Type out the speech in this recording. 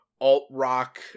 alt-rock